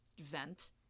vent